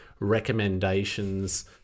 recommendations